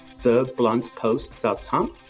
thebluntpost.com